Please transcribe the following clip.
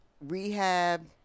rehab